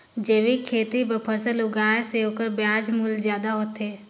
जैविक खेती बर फसल उगाए से ओकर बाजार मूल्य ज्यादा होथे